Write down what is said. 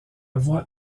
voie